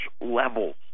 levels